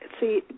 See